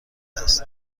است